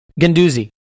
Ganduzi